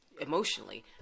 emotionally